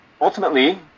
Ultimately